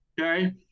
okay